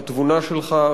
את התבונה שלך,